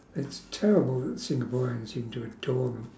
it's terrible that singaporeans seem to adore them